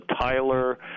Tyler